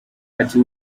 ati